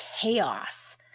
chaos